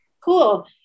Cool